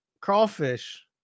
crawfish